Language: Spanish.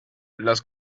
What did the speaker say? las